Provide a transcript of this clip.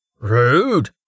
Rude